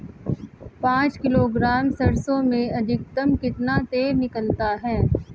पाँच किलोग्राम सरसों में अधिकतम कितना तेल निकलता है?